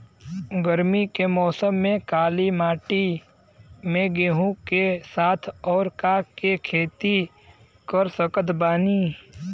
गरमी के मौसम में काली माटी में गेहूँ के साथ और का के खेती कर सकत बानी?